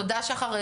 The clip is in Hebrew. תודה, שחר.